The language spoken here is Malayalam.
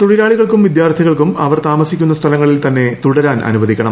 തൊഴിലാളികൾക്കും വിദ്യാർത്ഥികൾക്കും അവർ താമസിക്കുന്ന സ്ഥലങ്ങളിൽ തന്നെ തുടരാൻ അനുവദിക്കണം